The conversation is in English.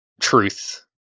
Truth